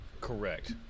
Correct